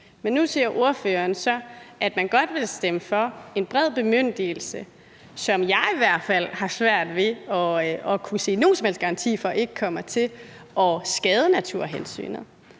men nu siger ordføreren så, at man godt vil stemme for en bred bemyndigelse, som jeg i hvert fald har svært ved at kunne se nogen som helst garanti for ikke kommer til at skade naturhensynet.